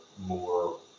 more